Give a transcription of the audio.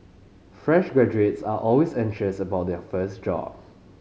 fresh graduates are always anxious about their first job